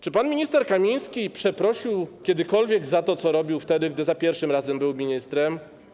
Czy pan minister Kamiński przeprosił kiedykolwiek za to, co robił wtedy, gdy za pierwszym razem był ministrem?